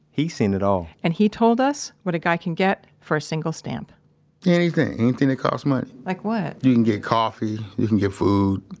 he's seen it all and he told us what a guy can get for a single stamp anything. anything that costs money like what? you can get coffee, you can get food.